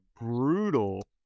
brutal